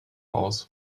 aus